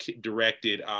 directed